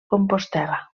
compostel·la